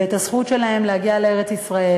ואת הזכות שלהם להגיע לארץ-ישראל.